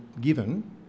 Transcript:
given